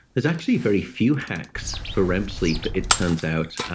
there's actually very few hacks for rem sleep it turns out.